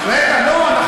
רגע, זה לא.